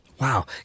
Wow